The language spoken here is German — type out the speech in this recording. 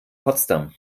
potsdam